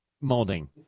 molding